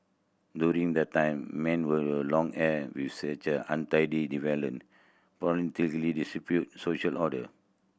during that time men with long hair were as untidy deviant social order